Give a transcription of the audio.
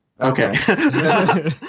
Okay